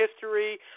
history